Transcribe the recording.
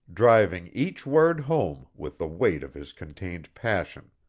driving each word home with the weight of his contained passion.